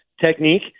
technique